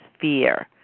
fear